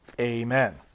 Amen